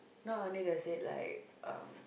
not only does it like uh